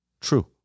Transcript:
True